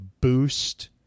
boost